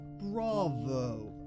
bravo